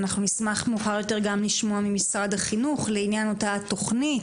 נשמח לשמוע גם ממשרד החינוך מאוחר יותר לעניין אותה תוכנית,